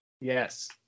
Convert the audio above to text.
Yes